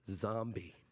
zombie